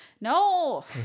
No